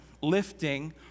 lifting